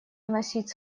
вносить